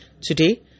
Today